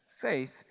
faith